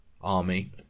army